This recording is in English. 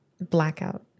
blackout